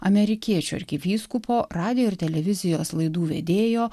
amerikiečių arkivyskupo radijo ir televizijos laidų vedėjo